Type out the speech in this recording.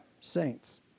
saints